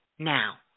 Now